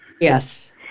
yes